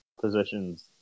positions